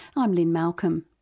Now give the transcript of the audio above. i'm lynne malcolm.